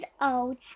old